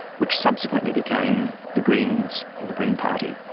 which subsequently became the greens or the green party.